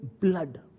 blood